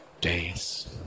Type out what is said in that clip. days